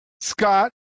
Scott